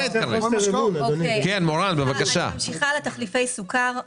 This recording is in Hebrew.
אני ממשיכה לתחליפי סוכר.